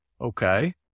Okay